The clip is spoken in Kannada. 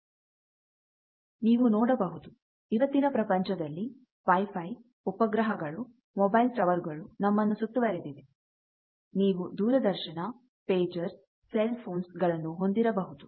ನೀವು ನೋಡಬಹುದು ಇವತ್ತಿನ ಪ್ರಪಂಚದಲ್ಲಿ ವೈಫೈ ಉಪಗ್ರಹಗಳು ಮೊಬೈಲ್ ಟವರುಗಳು ನಮ್ಮನ್ನು ಸುತ್ತುವರೆದಿವೆ ನೀವು ದೂರದರ್ಶನ ಪೆಜರ್ಸ್ ಸೆಲ್ ಫೋನ್ಸ್ ಗಳನ್ನು ಹೊಂದಿರಬಹುದು